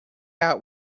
out